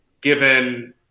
given